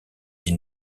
dit